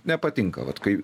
nepatinka vat kai